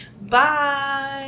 bye